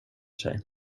sig